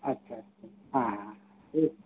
ᱟᱪ ᱪᱷᱟ ᱪᱷᱟ ᱦᱮᱸ ᱦᱮᱸ ᱴᱷᱤᱠ